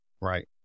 Right